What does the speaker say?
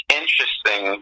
interesting